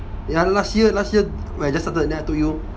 ya last year last year when I just started then I told you